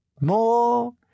More